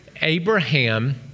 Abraham